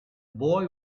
boy